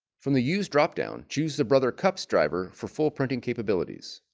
from the use drop-down choose the brother cups driver for full printing capabilities